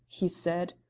he said.